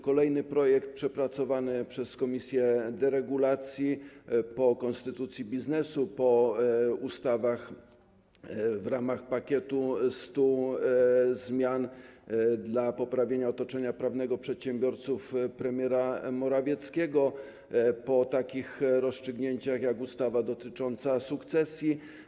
kolejny projekt przepracowany przez komisję do spraw deregulacji - po konstytucji biznesu, po ustawach w ramach pakietu 100 zmian dla poprawienia otoczenia prawnego przedsiębiorców, premiera Morawieckiego, po takich rozstrzygnięciach jak ustawa dotycząca sukcesji.